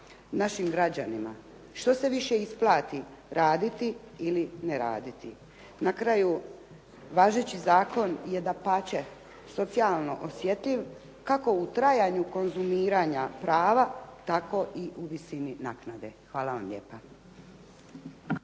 našim građanima. Što se više isplati raditi ili ne raditi? Na kraju važeći zakon je dapače socijalno osjetljiv kako u trajanju konzumiranja prava, tako i u visini naknade. Hvala vam lijepa.